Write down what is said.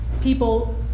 people